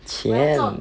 钱